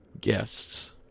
guests